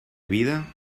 vida